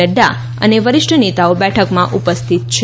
નફા અને વરીષ્ઠ નેતો બેઠકમાં ઉપસ્થિત છે